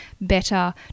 better